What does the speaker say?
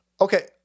Okay